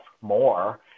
more